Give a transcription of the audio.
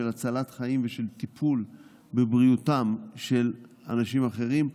של הצלת חיים ושל טיפול בבריאותם של אנשים אחרים,